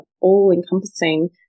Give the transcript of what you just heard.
all-encompassing